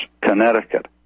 Connecticut